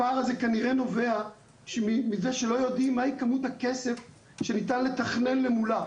הפער הזה כנראה נובע מזה שלא יודעים מהי כמות הכסף שניתן לתכלל למולה.